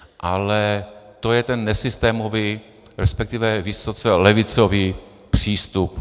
Ale to je ten nesystémový, resp. vysoce levicový přístup.